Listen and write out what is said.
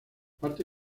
parte